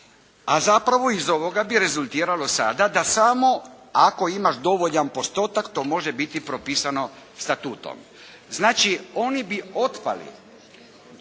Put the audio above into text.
A zapravo iz ovoga bi rezultiralo sada da samo ako imaš dovoljan postotak to može biti propisano Statutom. Znači, oni bi otpali.